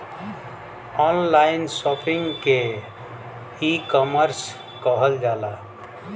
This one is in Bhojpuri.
ऑनलाइन शॉपिंग के ईकामर्स कहल जाला